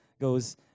goes